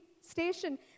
station